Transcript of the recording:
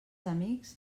amics